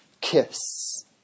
Kiss